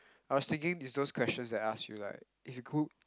I was thinking is those questions that I ask you like if you cook